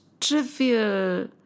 trivial